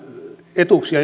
etuuksia